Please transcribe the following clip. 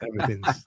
Everything's